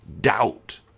doubt